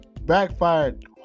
backfired